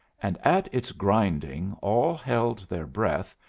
and at its grinding all held their breath,